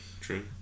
True